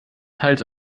teils